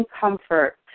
comfort